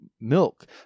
milk